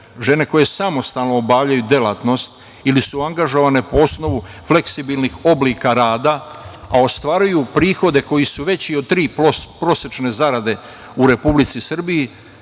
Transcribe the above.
žene koje samostalno obavljaju delatnost ili su angažovane po osnovu fleksibilnih oblika rada, a ostvaruju prihode koji su veći od tri prosečne zarade u Republici Srbiji